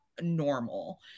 normal